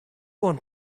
want